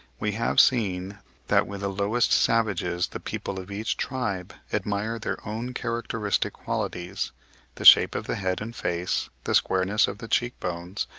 we have seen that with the lowest savages the people of each tribe admire their own characteristic qualities the shape of the head and face, the squareness of the cheek-bones,